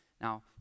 Now